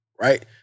right